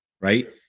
Right